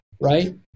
right